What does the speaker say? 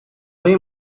های